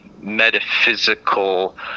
metaphysical